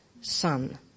son